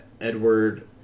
Edward